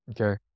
Okay